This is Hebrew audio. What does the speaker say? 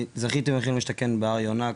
זכיתי בדירה של מחיר למשתכן בהר יונה,